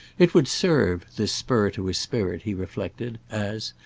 it would serve, this spur to his spirit, he reflected, as,